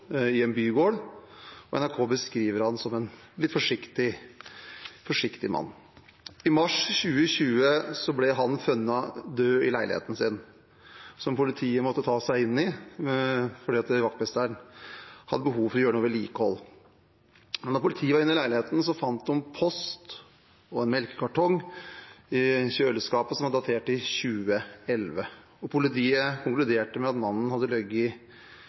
i en bygård, og NRK beskriver ham som en litt forsiktig mann. I mars 2020 ble han funnet død i leiligheten sin, som politiet måtte ta seg inn i fordi vaktmesteren hadde behov for å gjøre noe vedlikehold. Da politiet var inne i leiligheten, fant de post og en melkekartong i kjøleskapet som var datert til 2011. Politiet konkluderte med at mannen hadde ligget død i